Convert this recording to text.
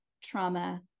trauma